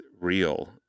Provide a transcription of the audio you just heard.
real